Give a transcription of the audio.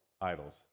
idols